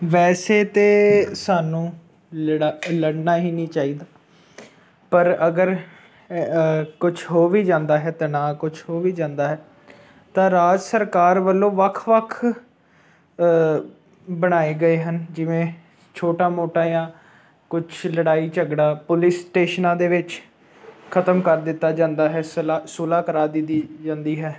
ਵੈਸੇ ਤਾਂ ਸਾਨੂੰ ਲੜਾ ਲੜਨਾ ਹੀ ਨਹੀਂ ਚਾਹੀਦਾ ਪਰ ਅਗਰ ਕੁਛ ਹੋ ਵੀ ਜਾਂਦਾ ਹੈ ਤਣਾਅ ਕੁਛ ਹੋ ਵੀ ਜਾਂਦਾ ਹੈ ਤਾਂ ਰਾਜ ਸਰਕਾਰ ਵੱਲੋਂ ਵੱਖ ਵੱਖ ਬਣਾਏ ਗਏ ਹਨ ਜਿਵੇਂ ਛੋਟਾ ਮੋਟਾ ਜਾਂ ਕੁਛ ਲੜਾਈ ਝਗੜਾ ਪੁਲਿਸ ਸਟੇਸ਼ਨਾਂ ਦੇ ਵਿੱਚ ਖਤਮ ਕਰ ਦਿੱਤਾ ਜਾਂਦਾ ਹੈ ਸਲਾ ਸੁਲਹਾ ਕਰਵਾ ਦਿੱਤੀ ਜਾਂਦੀ ਹੈ